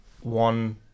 one